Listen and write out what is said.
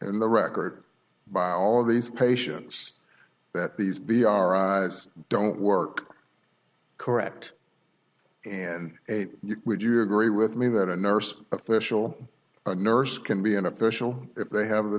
in the record by our own these patients that these be our eyes don't work correct and would you agree with me that a nurse official a nurse can be an official if they have the